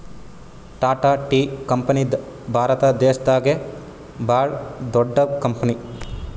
Tata tea company Bharat ದೇಶದಾಗೆ ಭಾಳ್ ದೊಡ್ಡದ್ ಕಂಪನಿ